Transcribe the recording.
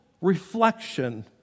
reflection